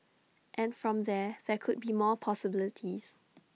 and from there there could be more possibilities